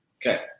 Okay